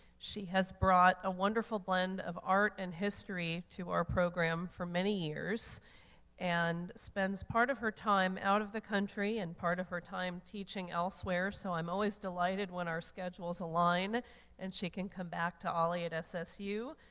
she has brought a wonderful blend of art and history to our program for many years and spends part of her time out of the country and part of her time teaching elsewhere, so i'm always delighted when our schedules align and she can come back to olli at ssu,